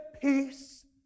peace